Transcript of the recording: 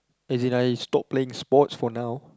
is it I stop playing sports for now